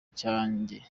cyanjye